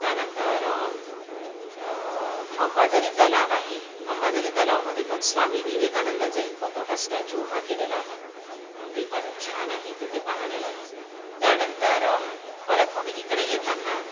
त्यानंतर अंबाझरी तलाव आहे अंबाझरी तलावामध्ये पण स्वामी विवेकानंदाचा एक खूप मोठा स्टॅच्यू उभा केलेला आहे ते पण छान आहे तिथे पाहण्यालाही त्यानंतर परत मग इकडे येताना